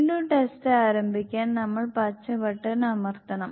വീണ്ടും ടെസ്റ്റ് ആരംഭിക്കാൻ നമ്മൾ പച്ച ബട്ടൺ അമർത്തണം